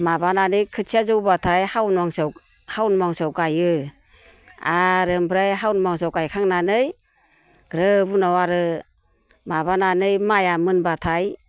माबानानै खोथिया जौबाथाय हावन मासआव गायो आरो ओमफ्राय हावन मासआव गायखांनानै ग्रोब उनाव आरो माबानानै माइया मोनबाथाय